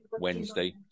Wednesday